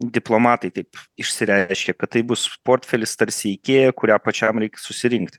diplomatai taip išsireiškė kad tai bus portfelis tarsi ikėja kurią pačiam reiks susirinkt